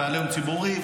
עליהום ציבורי,